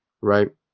right